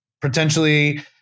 potentially